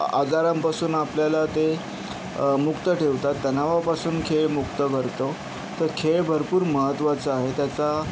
आजारांपासून आपल्याला ते मुक्त ठेवतात तणावापासून खेळ मुक्त करतो तर खेळ भरपूर महत्वाचा आहे त्याचा